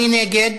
מי נגד?